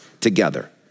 together